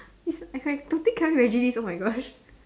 eh so I totally cannot imagine this oh my gosh